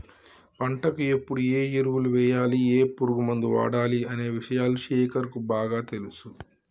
పంటకు ఎప్పుడు ఏ ఎరువులు వేయాలి ఏ పురుగు మందు వాడాలి అనే విషయాలు శేఖర్ కు బాగా తెలుసు